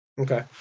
Okay